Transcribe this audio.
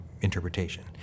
interpretation